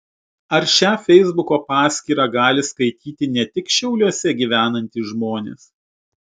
ar šią feisbuko paskyrą gali skaityti ne tik šiauliuose gyvenantys žmonės